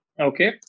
Okay